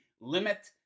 limit